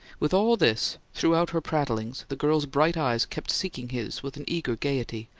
with all this, throughout her prattlings, the girl's bright eyes kept seeking his with an eager gayety,